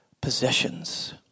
possessions